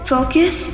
Focus